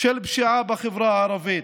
של פשיעה בחברה הערבית.